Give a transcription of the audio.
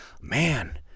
Man